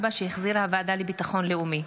2024, שהחזירה הוועדה לביטחון לאומי.